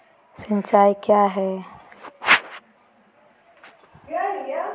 सिंचाई उपकरण के मोबाइल के माध्यम से कीमत कैसे पता चलतय?